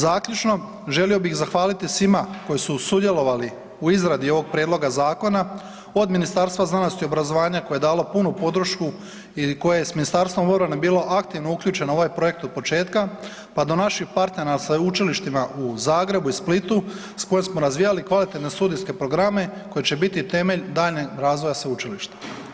Zaključno, želio bih zahvaliti svima koji su sudjelovali u izradi ovog prijedloga zakona od Ministarstva znanosti i obrazovanja koje je dalo punu podršku i koje je s Ministarstvom obrane bilo aktivno uključeno u ovaj projekt od početka pa do naših partnera u sveučilištima u Zagrebu i Splitu s kojima smo razvijali kvalitetne studijske programe koji će biti temelj daljnjeg razvoja sveučilišta.